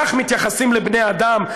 כך מתייחסים לבני-אדם?